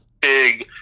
big